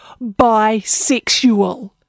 Bisexual